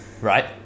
Right